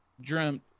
dreamt